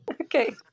okay